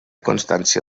constància